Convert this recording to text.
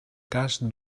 cas